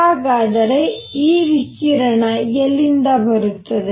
ಹಾಗಾದರೆ ಈ ವಿಕಿರಣ ಎಲ್ಲಿಂದ ಬರುತ್ತದೆ